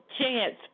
chance